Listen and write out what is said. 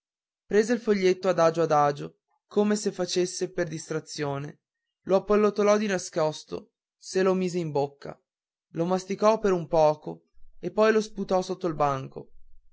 prese il foglietto adagio adagio come se facesse per distrazione lo appallottolò di nascosto se lo mise in bocca lo masticò per un poco e poi lo sputò sotto il banco